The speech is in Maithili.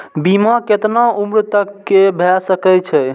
बीमा केतना उम्र तक के भे सके छै?